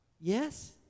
Yes